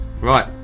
Right